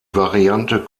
variante